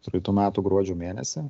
praeitų metų gruodžio mėnesį